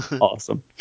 Awesome